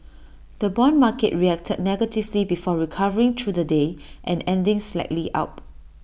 the Bond market reacted negatively before recovering through the day and ending slightly up